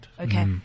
Okay